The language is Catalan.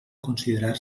considerar